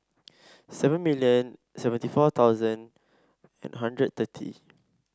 seven million seventy four thousand and hundred thirty